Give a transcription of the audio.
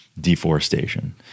deforestation